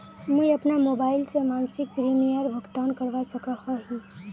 मुई अपना मोबाईल से मासिक प्रीमियमेर भुगतान करवा सकोहो ही?